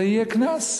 יהיה קנס.